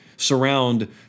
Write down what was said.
surround